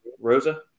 Rosa